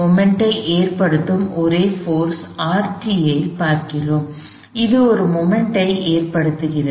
கணத்தை ஏற்படுத்தும் ஒரே போர்ஸ் Rt ஐ பார்க்கிறோம் இது ஒரு கணத்தை ஏற்படுத்துகிறது